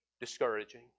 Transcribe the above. discouraging